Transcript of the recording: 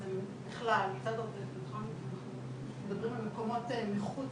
אנחנו מדברים על מקומות מחוץ